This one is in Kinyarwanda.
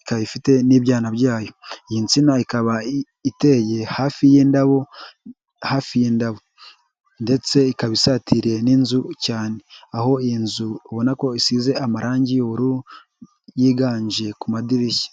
ikaba ifite n'ibyana byayo, iyi nsina ikaba iteye hafi y'indabo hafi y'indabo, ndetse ikaba isatiriye n'inzu cyane aho iyi nzu ubona ko isize amarangi y'ubururu yiganje ku madirishya.